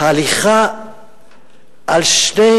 ההליכה בשני